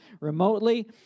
remotely